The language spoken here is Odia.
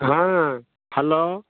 ହଁ ହ୍ୟାଲୋ